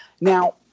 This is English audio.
Now